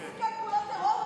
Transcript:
הוא סיכל פעולות טרור,